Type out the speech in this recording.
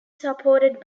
supported